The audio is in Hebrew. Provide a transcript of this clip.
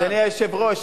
אדוני היושב-ראש,